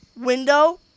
window